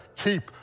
keep